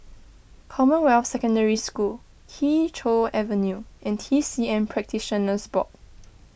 Commonwealth Secondary School Kee Choe Avenue and T C M Practitioners Board